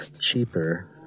cheaper